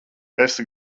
esi